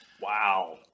Wow